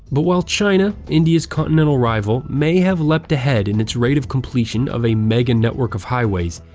but while china, india's continental rival, may have leapt ahead in its rate of completion of a mega-network of highways,